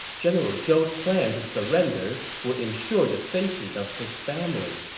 general zhou's plan to surrender would ensure the safety of his family,